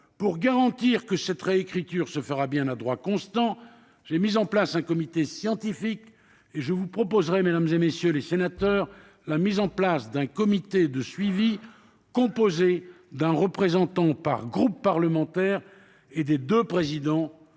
Pour garantir que cette réécriture se fera bien à droit constant, j'ai mis en place un comité scientifique et je vous proposerai, mesdames, messieurs les sénateurs, de créer également un comité de suivi composé d'un représentant par groupe parlementaire et des présidents